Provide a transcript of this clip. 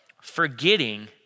forgetting